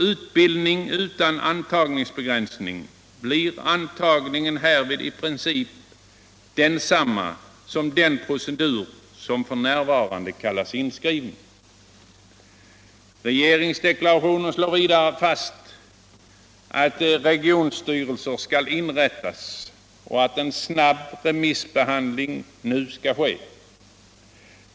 utbildning utan antagningsbegränsning blir antagningen härvid i princip densamma som den procedur som f. n. kallas inskrivning.” Regeringsdeklarationen slår vidare fast att regionstyrelser skall inrättas och att en snabb remissbehandling nu skall ske.